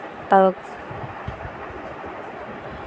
ᱛᱟᱣ